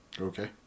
Okay